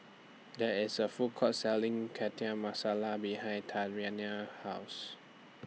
There IS A Food Court Selling Chana Masala behind Tatianna's House